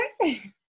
okay